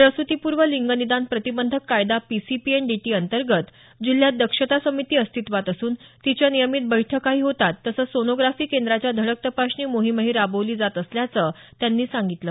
प्रसूतीपूर्व लिंग निदान प्रतिबंधक कायदा P C P N D T अंतर्गत जिल्ह्यात दक्षता समिती अस्तित्वात असून तिच्या नियमित बैठकाही होतात तसंच सोनोग्राफी केंद्राच्या धडक तपासणी मोहिमही राबवली जात असल्याचं त्यांनी सांगितलं